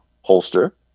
holster